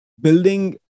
building